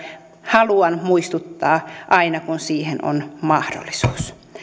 haluan muistuttaa aina kun siihen on mahdollisuus